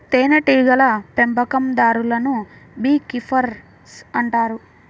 తేనెటీగల పెంపకందారులను bee keepers అంటారు